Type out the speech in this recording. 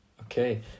okay